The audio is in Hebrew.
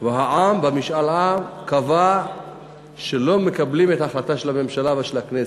והעם במשאל עם קבע שלא מקבלים את ההחלטה של הממשלה ושל הכנסת,